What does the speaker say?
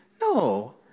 No